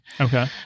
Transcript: Okay